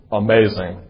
amazing